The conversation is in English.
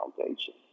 foundation